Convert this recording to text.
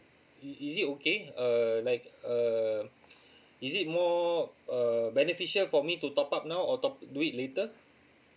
is is it okay uh like um is it more uh beneficial for me to top up now or top do it later